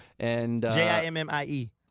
J-I-M-M-I-E